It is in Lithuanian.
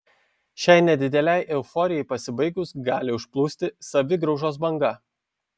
šiai nedidelei euforijai pasibaigus gali užplūsti savigraužos banga